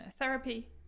therapy